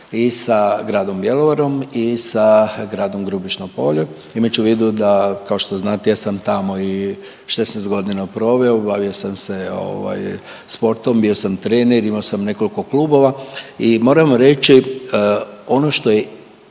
i sa gradom Bjelovarom i sa gradom Grubišno Polje. Imajući u vidu da kao što znate ja sam tamo i 16.g. proveo, bavio sam se ovaj sportom, bio sam trener, imao sam nekoliko klubova i moram reći ono što je